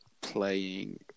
playing